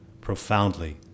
profoundly